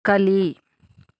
ಕಲಿ